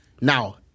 Now